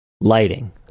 Lighting